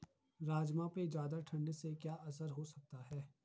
राजमा पे ज़्यादा ठण्ड से क्या असर हो सकता है?